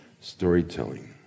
storytelling